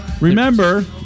Remember